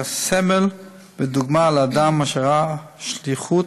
היה סמל ודוגמה לאדם אשר ראה שליחות,